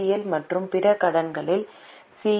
L மற்றும் பிற கடன்களை சி